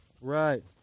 Right